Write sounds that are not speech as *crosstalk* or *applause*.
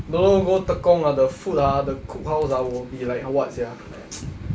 don't know go tekong ah the food ah the cookhouse ah will be like what sia *noise*